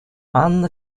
анна